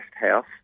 house